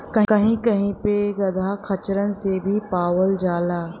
कही कही पे गदहा खच्चरन से भी पावल जाला